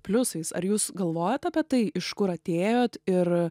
pliusais ar jūs galvojot apie tai iš kur atėjot ir